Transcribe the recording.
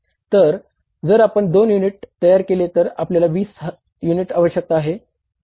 तर जर आपण 2 युनिट तयार केली तर आपल्याला 20 युनिट्स आवश्यक आहेत